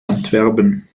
antwerpen